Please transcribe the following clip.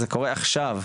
זה קורה עכשיו.